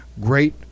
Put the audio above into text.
Great